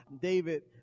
David